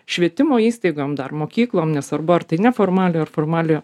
švietimo įstaigom dar mokyklom nesvarbu ar tai neformaliojo ir formaliojo